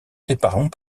séparons